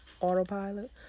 Autopilot